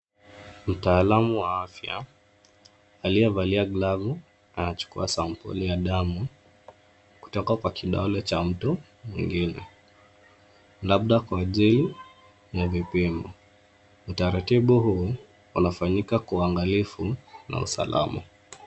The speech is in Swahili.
Mtaalamu wa afya aliyevalia glavu anachukua sampuli ya damu kutoka kwa kidole cha mtu mwingine. Labda kwa ajili ya vipimo. Utaratibu huu unafanyika kwa uangalifu na usalama.